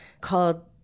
called